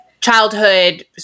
childhood